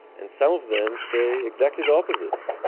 and some of them say exactly the opposite.